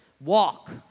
Walk